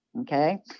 Okay